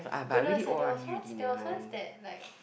goodness eh there was once there was once that like